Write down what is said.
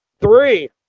three